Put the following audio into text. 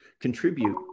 contribute